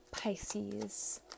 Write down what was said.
Pisces